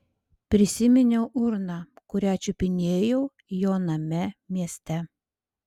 prisiminiau urną kurią čiupinėjau jo name mieste